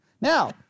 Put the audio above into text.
Now